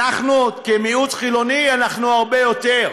כמיעוט חילוני אנחנו הרבה יותר.